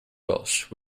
welsh